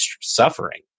suffering